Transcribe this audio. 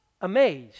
amazed